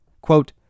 Quote